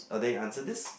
orh then you answer this